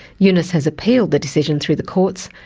yunus has appealed the decision through the courts,